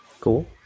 Cool